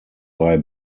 bei